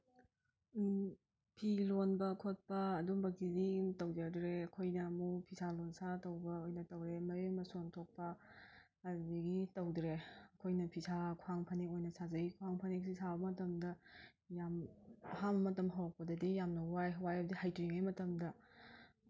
ꯐꯤ ꯂꯣꯟꯕ ꯈꯣꯠꯄ ꯑꯗꯨꯝꯕꯒꯤꯗꯤ ꯇꯧꯖꯗ꯭ꯔꯦ ꯑꯩꯈꯣꯏꯅ ꯑꯃꯨꯛ ꯐꯤꯁꯥ ꯂꯣꯟꯁꯥ ꯇꯧꯕ ꯑꯣꯏꯅ ꯇꯧꯔꯦ ꯃꯌꯦꯡ ꯃꯁꯣꯟ ꯊꯣꯛꯄ ꯑꯗꯨꯗꯒꯤ ꯇꯧꯗ꯭ꯔꯦ ꯑꯩꯈꯣꯏꯅ ꯐꯤꯁꯥ ꯈ꯭ꯋꯥꯡ ꯐꯅꯦꯛ ꯑꯣꯏꯅ ꯁꯥꯖꯩ ꯈ꯭ꯋꯥꯡ ꯐꯅꯦꯛꯁꯤ ꯁꯥꯕ ꯃꯇꯝꯗ ꯌꯥꯝ ꯑꯍꯥꯟꯕ ꯃꯇꯝ ꯍꯧꯔꯛꯄꯗꯗꯤ ꯌꯥꯝꯅ ꯋꯥꯏ ꯋꯥꯏ ꯍꯥꯏꯕꯗꯤ ꯍꯩꯇ꯭ꯔꯤꯉꯩ ꯃꯇꯝꯗ